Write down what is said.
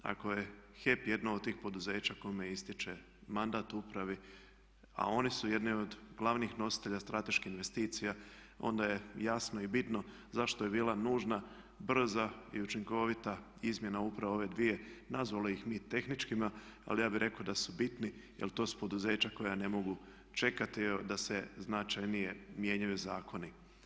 Ako je HEP jedno od tih poduzeće kome ističe mandat upravi a oni su jedni od glavnih nositelja strateških investicija onda je jasno i bitno zašto je bila nužna brza i učinkovita izmjena upravo ove dvije nazvali ih mi tehničkima, ali ja bi rekao da su bitni jel to su poduzeća koja ne mogu čekati da se značajnije mijenjaju zakoni.